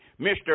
Mr